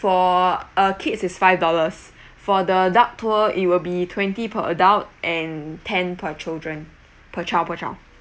for uh kids is five dollars for the duck tour it will be twenty per adult and ten per children per child per child